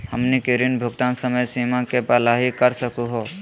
हमनी के ऋण भुगतान समय सीमा के पहलही कर सकू हो?